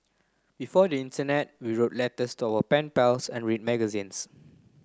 before the internet we wrote letters to our pen pals and read magazines